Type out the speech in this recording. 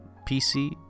PC